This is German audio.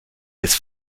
des